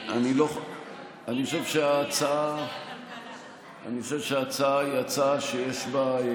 אני חושב שההצעה היא הצעה שיש בה,